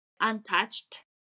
untouched